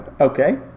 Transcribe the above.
okay